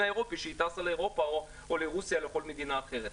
האירופאי כשהיא טסה לאירופה או לרוסיה או לכל מדינה אחרת.